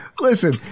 listen